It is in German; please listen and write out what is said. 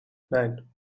nein